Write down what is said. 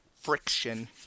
Friction